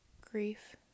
Grief